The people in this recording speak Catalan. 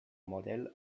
model